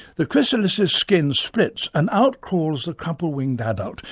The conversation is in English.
the chrysalis's skin splits and out crawls a crumple-winged adult,